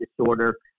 disorder